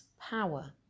power